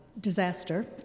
disaster